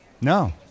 No